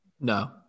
No